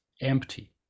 Empty